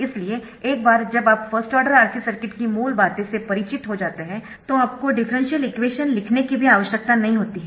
इसलिए एक बार जब आप फर्स्ट ऑर्डर RC सर्किट की मूल बातें से परिचित हो जाते है तो आपको डिफरेंशियल इक्वेशन लिखने की भी आवश्यकता नहीं होती है